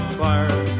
fire